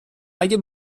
اگه